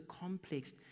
complex